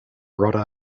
brought